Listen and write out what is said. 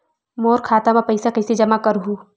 मोर खाता म पईसा कइसे जमा करहु?